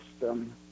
system